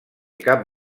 cap